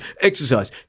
exercise